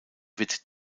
wird